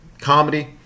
comedy